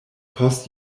post